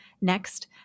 Next